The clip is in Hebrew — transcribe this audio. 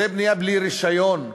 זה בנייה בלי רישיון.